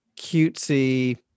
cutesy